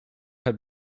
had